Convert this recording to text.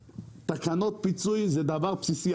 פה תקנות פיצוי הן דבר בסיסי.